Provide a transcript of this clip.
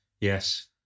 Yes